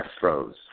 froze